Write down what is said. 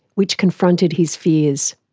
which confronted his fears.